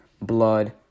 blood